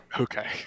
Okay